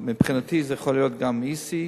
מבחינתי זה יכול להיות גם EC,